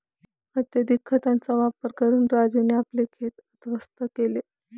अत्यधिक खतांचा वापर करून राजूने आपले शेत उध्वस्त केले